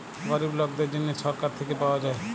গরিব লকদের জ্যনহে ছরকার থ্যাইকে পাউয়া যায়